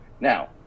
now